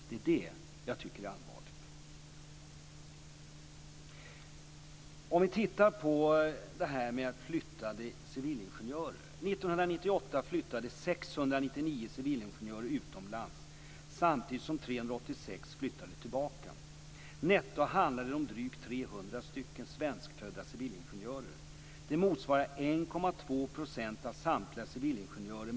Låt oss se på antalet utflyttade civilingenjörer. År 1998 flyttade 699 civilingenjörer utomlands samtidigt som 386 flyttade tillbaka. Netto handlade det om drygt 300 svenskfödda civilingenjörer.